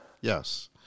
Yes